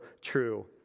true